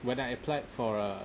when I applied for uh